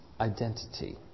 identity